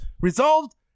resolved